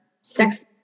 six